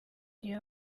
gihe